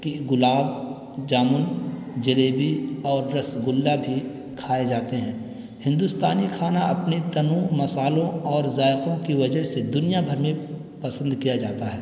کہ گلاب جامن جلیبی اور رس گلا بھی کھائے جاتے ہیں ہندوستانی کھانا اپنے تنوع مسالوں اور ذائقوں کی وجہ سے دنیا بھر میں پسند کیا جاتا ہے